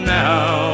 now